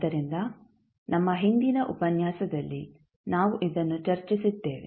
ಆದ್ದರಿಂದ ನಮ್ಮ ಹಿಂದಿನ ಉಪನ್ಯಾಸದಲ್ಲಿ ನಾವು ಇದನ್ನು ಚರ್ಚಿಸಿದ್ದೇವೆ